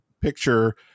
picture